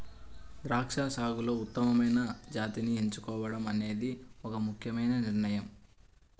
ద్రాక్ష సాగులో ఉత్తమమైన జాతిని ఎంచుకోవడం అనేది ఒక ముఖ్యమైన నిర్ణయం